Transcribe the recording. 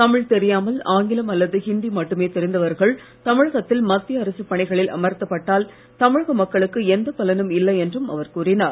தமிழ் தெரியாமல் ஆங்கிலம் அல்லது இந்தி மட்டுமே தெரிந்தவர்கள் தமிழகத்தில் மத்திய அரசுப் பணிகளில் அமர்த்தப்பட்டால் தமிழக மக்களுக்கு எந்த பலனும் இல்லை என்றும் அவர் கூறினார்